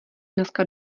dneska